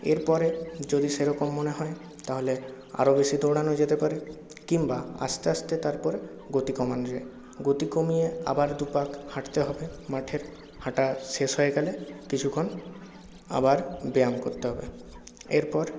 এরপরে যদি সেরকম মনে হয় তাহলে আরও বেশি দৌড়ানো যেতে পারে কিংবা আস্তে আস্তে তারপরে গতি কমানো যায় গতি কমিয়ে আবার দু পাক হাঁটতে হবে মাঠের হাঁটা শেষ হয়ে গেলে কিছুক্ষণ আবার ব্যায়াম করতে হবে এরপর